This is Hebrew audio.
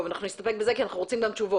טוב, אנחנו נסתפק בזה כי אנחנו רוצים גם תשובות.